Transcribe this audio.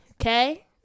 Okay